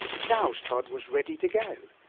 charles todd was ready to go.